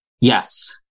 Yes